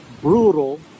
brutal